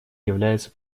является